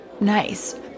nice